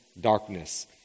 darkness